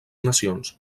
nacions